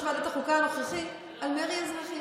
ועדת החוקה הנוכחי על מרי אזרחי,